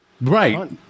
Right